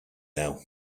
now